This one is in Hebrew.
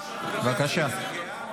כלפי הקהילה הגאה.